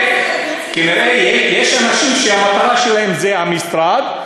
כנראה יש אנשים שהמטרה שלהם זה המשרד,